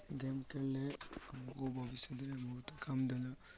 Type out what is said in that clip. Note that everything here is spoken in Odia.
ଗେମ୍ ଖେଳିଲେ ମୋ ଭବିଷ୍ୟତରେ ବହୁତ କାମ ଦେଲା